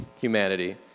humanity